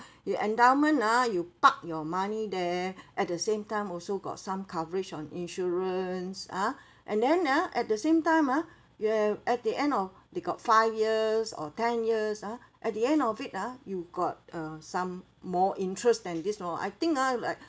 you endowment ah you park your money there at the same time also got some coverage on insurance ah and then ah at the same time ah you have at the end of they got five years or ten years ah at the end of it ah you got uh some more interest than this you know I think ah like